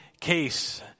case